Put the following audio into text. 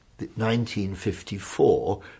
1954